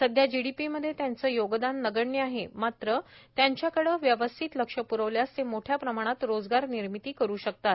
सध्या जीडीपीमध्ये त्यांचे योगदान नगण्य आहे मात्र त्यांच्याकडे व्यवस्थित लक्ष प्रवल्यास ते मोठ्या प्रमाणात रोजगार निर्मिती करु शकतात